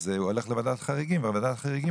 אז הוא הולך לוועדת חריגים וועדת החריגים